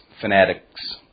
fanatics